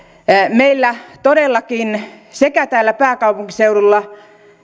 meillä todellakin sekä täällä pääkaupunkiseudulla